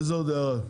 איזו עוד הערה?